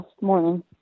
morning